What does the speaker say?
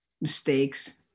mistakes